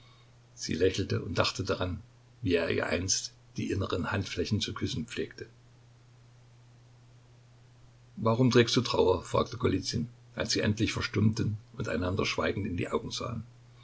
sie lächelte und dachte daran wie er ihr einst die inneren handflächen zu küssen pflegte warum trägst du trauer fragte golizyn als sie endlich verstummten und einander schweigend in die augen sahen